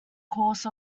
course